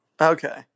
Okay